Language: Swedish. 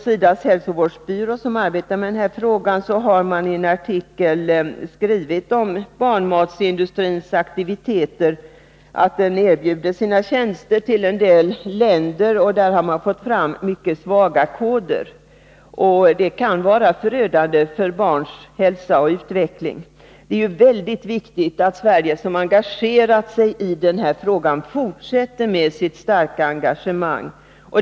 SIDA:s hälsovårdsbyrå, som arbetar med denna fråga, har i en artikel om barnmatsindustrins aktiviteter skrivit att industrin erbjuder sina tjänster till en del länder, där man därigenom får fram mycket svaga koder. Detta kan vara förödande för barnens hälsa och utveckling. Det är mycket viktigt att Sverige, som har engagerat sig i denna fråga, fortsätter sitt starka engagemang.